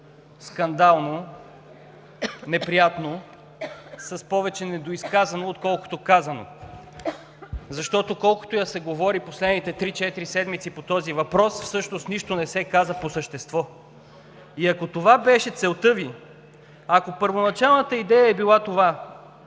скандално, неприятно, с повече недоизказано, отколкото казано, защото колкото и да се говори последните три-четири седмици по този въпрос, всъщност нищо не се каза по същество. И ако това беше целта Ви, ако първоначалната идея е била това